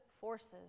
forces